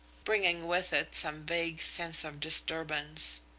bringing with it some vague sense of disturbance.